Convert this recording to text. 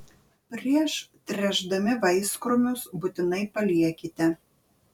prieš tręšdami vaiskrūmius būtinai paliekite